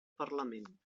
parlament